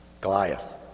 Goliath